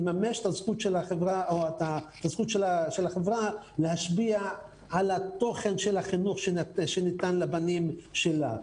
יממש את הזכות של החברה להשפיע על התוכן של החינוך שניתן לבנים שלה.